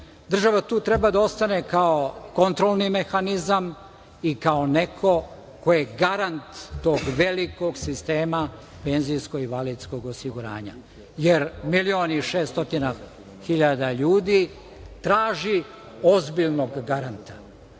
Država tu treba da ostane kao kontrolni mehanizam i kao neko ko je garant tog velikog sistema penzijsko invalidskog osiguranja, jer milion i 600.000 ljudi traži ozbiljnog